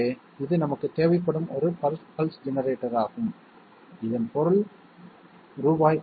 எனவே இது நமக்குத் தேவைப்படும் ஒரு பல்ஸ் ஜெனரேட்டராகும் இதன் பொருள் ரூ